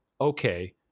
okay